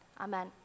amen